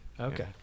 okay